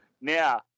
Now